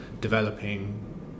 developing